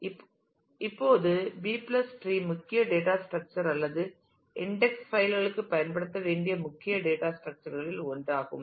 எனவே இப்போது B tree B tree முக்கிய டேட்டா ஸ்ட்ரக்சர் அல்லது இன்டெக்ஸ் பைல் களுக்கு பயன்படுத்தப்பட வேண்டிய முக்கிய டேட்டா ஸ்ட்ரக்சர் களில் ஒன்றாகும்